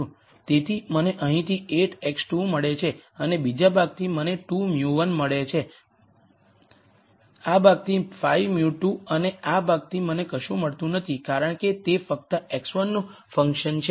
તેથી મને અહીંથી 8 x2 મળે છે અને બીજી ભાગથી મને 2 μ1 મળે છે મને મળે છે આ ભાગથી 5 μ2 અને આ ભાગથી મને કશું મળતું નથી કારણ કે તે ફક્ત x1 નું ફંકશન છે